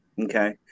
Okay